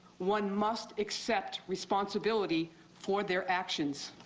one must accept responsibility for their actions.